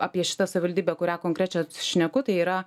apie šitą savivaldybę kurią konkrečią šneku tai yra